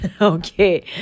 okay